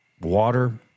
Water